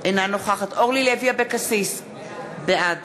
אינה נוכחת אורלי לוי אבקסיס, בעד